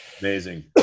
Amazing